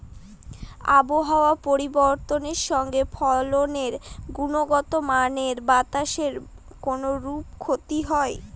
আবহাওয়ার পরিবর্তনের সঙ্গে ফসলের গুণগতমানের বাতাসের কোনরূপ ক্ষতি হয়?